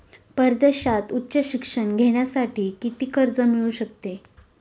परदेशात उच्च शिक्षण घेण्यासाठी किती कर्ज मिळू शकते?